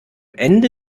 ende